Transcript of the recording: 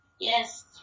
yes